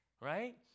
right